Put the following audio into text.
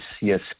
yes